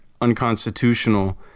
unconstitutional